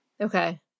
Okay